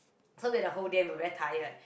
so that the whole day we were very tired